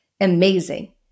Amazing